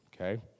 okay